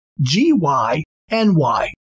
G-Y-N-Y